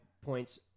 points